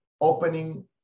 opening